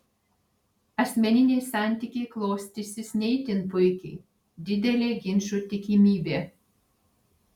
asmeniniai santykiai klostysis ne itin puikiai didelė ginčų tikimybė